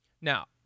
Now